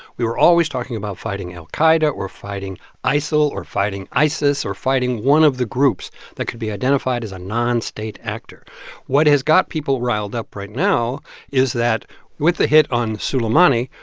we were always talking about fighting al-qaida or fighting isil or fighting isis or fighting one of the groups that could be identified as a non-state actor what has got people riled up right now is that with the hit on soleimani,